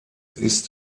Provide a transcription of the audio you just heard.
ist